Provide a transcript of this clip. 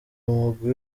umugwi